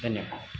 धन्यवाद